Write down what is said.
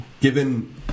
Given